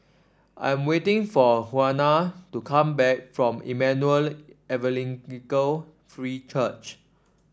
I'm waiting for Juana to come back from Emmanuel Evangelical Free Church